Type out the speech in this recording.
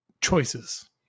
choices